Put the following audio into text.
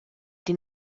die